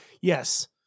yes